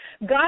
God